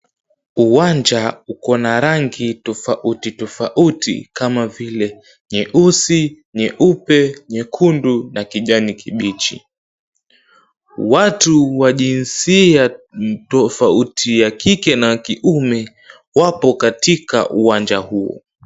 Uwanja uko na rangi tofauti tofauti kama vile, nyeusi, nyeupe, nyekundu na kijani kibichi. Watu wa jinsia tofauti ya kike na kiume wapo katika uwanja huu.